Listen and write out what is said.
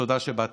תודה שבאתם.